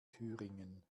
thüringen